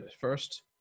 first